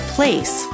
place